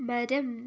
മരം